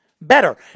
better